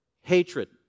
hatred